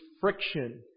friction